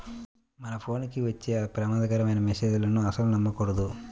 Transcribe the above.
మన ఫోన్ కి వచ్చే ప్రమాదకరమైన మెస్సేజులను అస్సలు నమ్మకూడదు